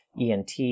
ENT